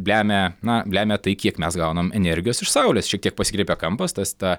lemia na lemia tai kiek mes gaunam energijos iš saulės šiek tiek pasikreipia kampas tas ta